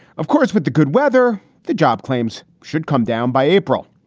of course, with the good weather. the job claims should come down by april.